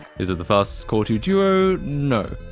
is it the fastest core two duo? no.